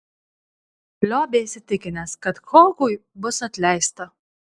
liobė įsitikinęs kad kochui bus atleista